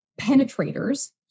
penetrators